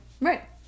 Right